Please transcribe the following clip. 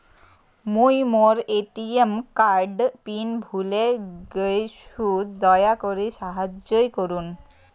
মুই মোর ATM PIN ভুলে গেইসু, দয়া করি সাহাইয্য করুন